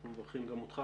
אנחנו מברכים גם אותך,